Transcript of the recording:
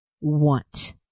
want